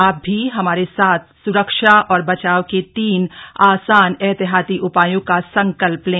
आप भी हमारे साथ सुरक्षा और बचाव के तीन आसान एहतियाती उपायों का संकल्प लें